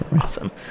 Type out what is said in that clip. Awesome